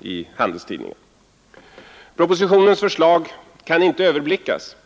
i Handelstidningen. Propositionens förslag kan inte överblickas.